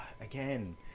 Again